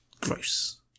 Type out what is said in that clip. Gross